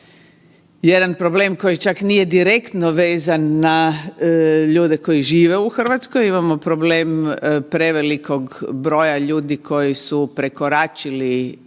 jedan problem koji čak nije direktno vezan na ljude koji žive u Hrvatskoj, imamo problem prevelikog broja ljudi koji su prekoračili